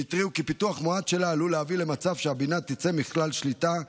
הם התריעו כי פיתוח מואץ שלה עלול להביא למצב שהבינה תצא מכלל שליטה,